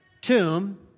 tomb